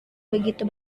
begitu